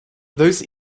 those